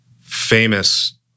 famous